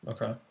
Okay